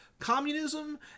communism